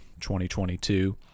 2022